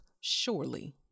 Surely